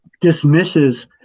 dismisses